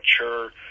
mature